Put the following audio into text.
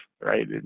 right